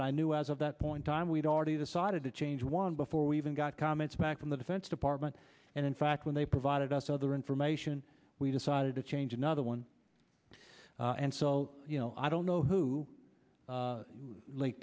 it i knew as of that point time we'd already decided to change one before we even got comments back from the defense department and in fact when they provided us other information we decided to change another one and so you know i don't know who